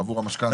עבור המשכנתא.